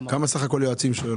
כמה יועצים יש?